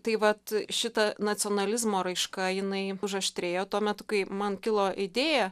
tai vat šita nacionalizmo raiška jinai už aštrėjo tuo metu kai man kilo idėja